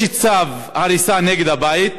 יש צו הריסה נגד הבית,